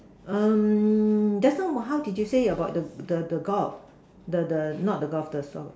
um just now how did you say about the the golf not the golf the the soccer